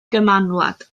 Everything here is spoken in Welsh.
gymanwlad